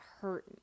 hurt